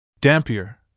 Dampier